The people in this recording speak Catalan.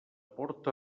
port